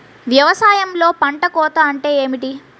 వ్యవసాయంలో పంట కోత అంటే ఏమిటి?